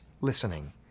listening